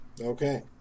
Okay